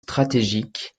stratégiques